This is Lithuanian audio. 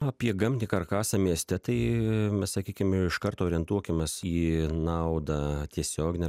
apie gamtnį karkasą mieste tai mes sakykim iš karto orientuokimės į naudą tiesioginę ar